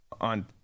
on